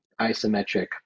isometric